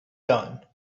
down